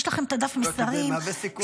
יש לכם את דף המסרים -- מהווה סיכון